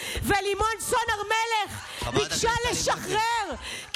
ולימור סון הר מלך ביקשה לשחרר,